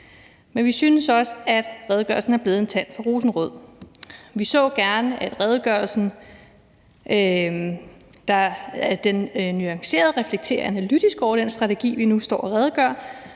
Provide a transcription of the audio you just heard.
men vi synes også, at redegørelsen er blevet en tand for rosenrød. Vi så gerne, at redegørelsen nuancerede og reflekterede analytisk over den strategi, vi nu behandler: